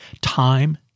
Time